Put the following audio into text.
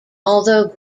although